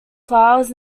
flowers